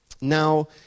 Now